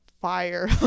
fire